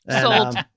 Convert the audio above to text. Sold